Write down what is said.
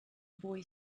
boy